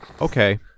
Okay